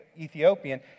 Ethiopian